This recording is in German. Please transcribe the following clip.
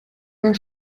der